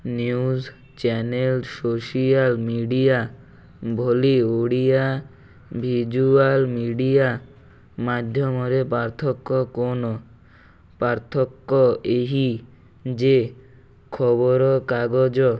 news channel social media ଭଳି Odia visual media ମାଧ୍ୟମରେ ପାର୍ଥକ୍ୟ କ'ଣ ପାର୍ଥକ୍ୟ ଏହି ଯେ ଖବରକାଗଜ